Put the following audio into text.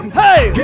hey